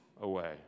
away